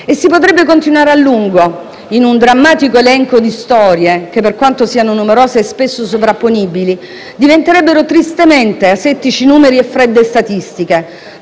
E si potrebbe continuare a lungo in un drammatico elenco di storie che, per quanto siano numerose e spesso sovrapponibili, diventerebbero tristemente asettici numeri e fredde statistiche,